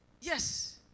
Yes